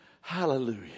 Hallelujah